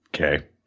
okay